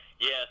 Yes